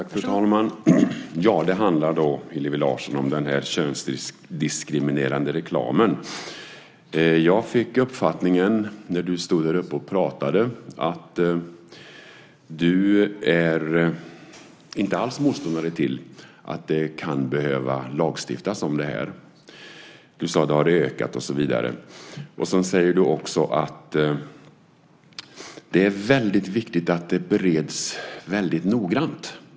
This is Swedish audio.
Fru talman! Ja, det handlar, Hillevi Larsson, om den könsdiskriminerande reklamen. Jag fick uppfattningen, när du stod där uppe och pratade, att du inte alls är motståndare till att det kan behöva lagstiftas om det här. Du sade att det har ökat och så vidare. Sedan sade du också att det är väldigt viktigt att det bereds väldigt noggrant.